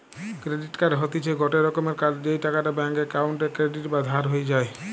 credit card হতিছে গটে রকমের কার্ড যেই টাকাটা ব্যাঙ্ক অক্কোউন্টে ক্রেডিট বা ধার হয়ে যায়